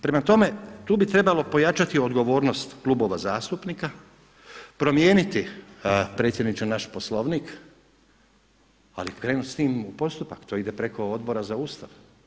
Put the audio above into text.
Prema tome, tu bi trebalo pojačati odgovornost klubova zastupnika, promijeniti predsjedniče naš Poslovnik, ali krenuti s time u postupak, to ide preko Odbora za Ustav.